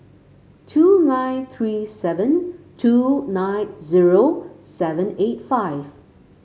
two nine three seven two nine zero seven eight five